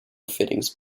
fittings